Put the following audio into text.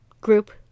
group